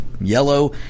yellow